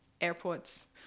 airports